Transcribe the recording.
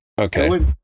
okay